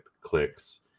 clicks